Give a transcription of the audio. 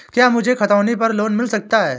क्या मुझे खतौनी पर लोन मिल सकता है?